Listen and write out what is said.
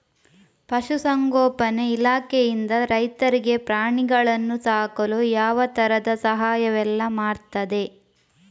ಪಶುಸಂಗೋಪನೆ ಇಲಾಖೆಯಿಂದ ರೈತರಿಗೆ ಪ್ರಾಣಿಗಳನ್ನು ಸಾಕಲು ಯಾವ ತರದ ಸಹಾಯವೆಲ್ಲ ಮಾಡ್ತದೆ?